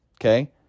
okay